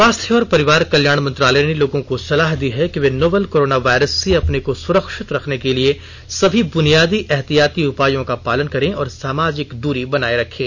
स्वास्थ्य और परिवार कल्याण मंत्रालय ने लोगों को सलाह दी है कि वे नोवल कोरोना वायरस से अपने को सुरक्षित रखने के लिए सभी ब्रुनियादी एहतियाती उपायों का पालन करें और सामाजिक दूरी बनाए रखें